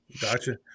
Gotcha